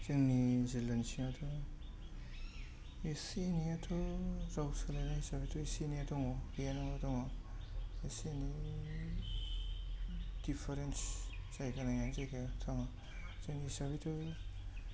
जोंनि जिल्लानि सिङावथ' एसे एनैआथ' रावसोलायनाय हिसाबैथ' एसे एनैआ दङ गैया नङा दङ एसे एनै डिफारेन्स जायगा नायै जायगा जोंनि हिसाबैथ'